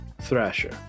Thrasher